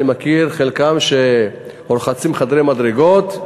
אני מכיר, חלקם רוחצים חדרי מדרגות,